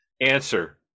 Answer